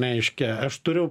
reiškia aš turiu